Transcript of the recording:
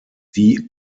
die